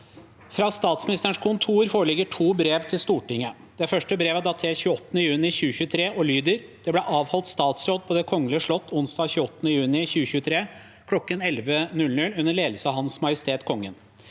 Fra Statsministerens kon- tor foreligger to brev til Stortinget. Det første brevet er datert 28. juni 2023 og lyder: «Det ble avholdt statsråd på Det kongelige slott onsdag 28. juni 2023 kl. 11.00 under ledelse av Hans Majestet Kongen.